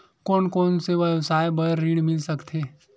कोन कोन से व्यवसाय बर ऋण मिल सकथे?